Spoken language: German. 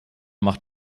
macht